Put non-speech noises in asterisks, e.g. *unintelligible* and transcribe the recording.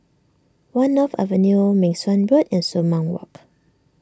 one North Avenue Meng Suan Boad and Sumang *unintelligible*